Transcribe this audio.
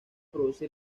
produce